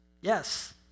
yes